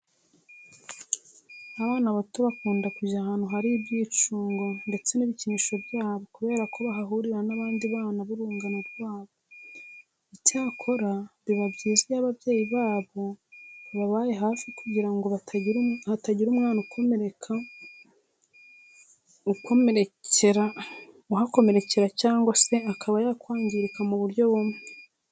Abana bato bakunda kujya ahantu hari ibyicungo ndetse n'ibikinisho byabo kubera ko bahahurira n'abandi bana b'urungano rwabo. Icyakora biba byiza iyo ababyeyi babo bababaye hafi kugira ngo hatagira umwana uhakomerekera cyangwa se akaba yakwangirika mu buryo bumwe.